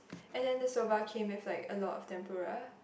and then the soba came with like a lot of tempura